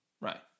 right